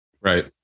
Right